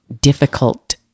difficult